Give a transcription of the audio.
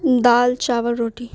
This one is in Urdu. دال چاول روٹی